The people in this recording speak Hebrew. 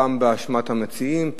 פעם באשמת המציעים,